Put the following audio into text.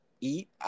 eat